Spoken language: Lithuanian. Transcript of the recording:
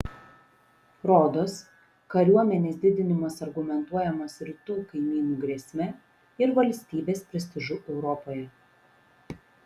rodos kariuomenės didinimas argumentuojamas rytų kaimynų grėsme ir valstybės prestižu europoje